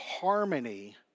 harmony